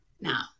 now